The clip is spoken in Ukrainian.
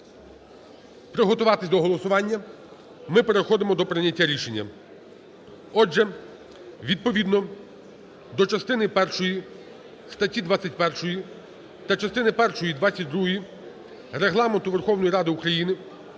приготуватись до голосування, ми переходимо до прийняття рішення. Отже, відповідно до частини першої статті 21 та частини першої 22-ї Регламенту Верховної Ради України